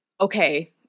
okay